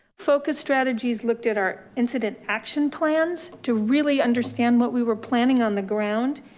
focus strategies looked at our incident action plans to really understand what we were planning on the ground,